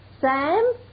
Sam